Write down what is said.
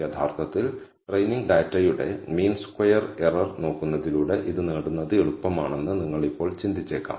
യഥാർത്ഥത്തിൽ ട്രെയിനിങ് ഡാറ്റയുടെ mean square error നോക്കുന്നതിലൂടെ ഇത് നേടുന്നത് എളുപ്പമാണെന്ന് നിങ്ങൾ ഇപ്പോൾ ചിന്തിച്ചേക്കാം